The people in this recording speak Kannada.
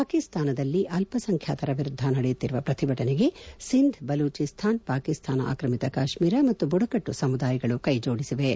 ಪಾಕಿಸ್ತಾನದಲ್ಲಿ ಅಲ್ಲಾಸಂಖ್ಯಾತರ ವಿರುದ್ಗ ನಡೆಯುತ್ತಿರುವ ಪ್ರತಿಭಟನೆಗೆ ಸಿಂಧ್ ಬಲೂಚಿಸ್ತಾನ್ ಪಾಕಿಸ್ತಾನ ಆಕ್ರಮಿತ ಕಾಶ್ಟೀರ ಮತ್ತು ಬುಡಕಟ್ಟು ಸಮುದಾಯಗಳು ಕೈಜೋಡಿಸಿವೆ